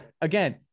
again